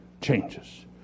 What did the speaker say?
changes